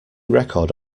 record